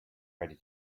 ready